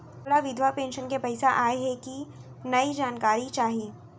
मोला विधवा पेंशन के पइसा आय हे कि नई जानकारी चाही?